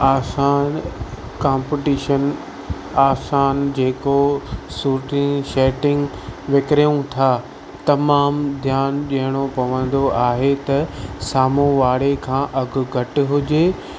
आसान कांपीटिशन आसानु जेको सुटिंग शटिंग विकड़ियूं था तमामु ध्यानु ॾियणो पवंदो आहे त साम्हूं वारे खां अघु घटि हुजे